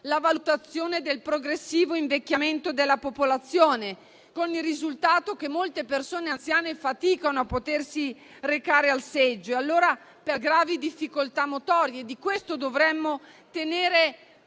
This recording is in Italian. la valutazione del progressivo invecchiamento della popolazione, con il risultato che molte persone anziane faticano a potersi recare al seggio per gravi difficoltà motorie. Di questo dovremmo tenere